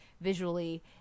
visually